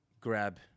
grab